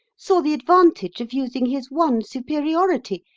saw the advantage of using his one superiority,